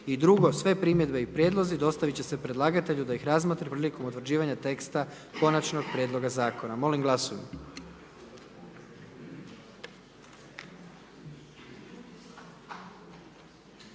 i drugo, sve primjedbe i prijedlozi dostavit će se predlagatelju da ih razmotri prilikom utvrđivanja teksta konačnog prijedloga zakona, molim glasujmo.